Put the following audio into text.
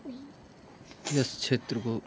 यस क्षेत्रको